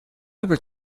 ever